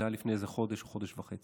זה היה לפני איזה חודש או חודש וחצי.